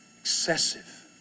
Excessive